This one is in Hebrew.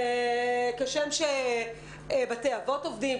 כשם שבתי אבות עובדים,